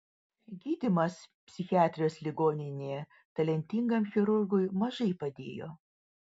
gydymas psichiatrijos ligoninėje talentingam chirurgui mažai padėjo